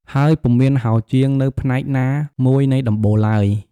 ហើយពុំមានហោជាងនៅផ្នែកណា មួយនៃដំបូលឡើយ។